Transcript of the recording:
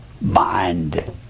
mind